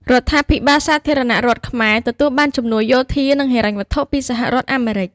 រដ្ឋាភិបាលសាធារណរដ្ឋខ្មែរ ទទួលបានជំនួយយោធា និងហិរញ្ញវត្ថុ ពីសហរដ្ឋអាមេរិក។